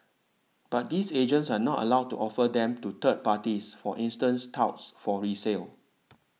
but these agents are not allowed to offer them to third parties for instance touts for resale